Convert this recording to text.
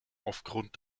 aufgrund